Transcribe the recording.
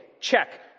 Check